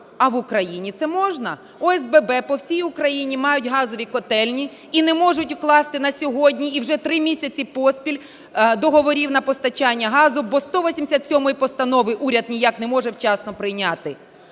А в Україні це можна. ОСББ по всій Україні мають газові котельні і не можуть укласти на сьогодні і вже 3 місяці поспіль договорів на постачання газу, бо 187-ї постанови уряд ніяк не може вчасно прийняти.